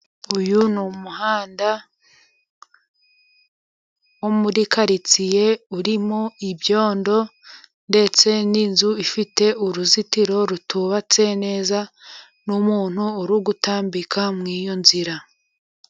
Uyu ni umuhanda, wo muri karitsiye, urimo ibyondo, ndetse n'inzu ifite uruzitiro rutubatse neza, n'umuntu uri gutambika muri iyo nzira.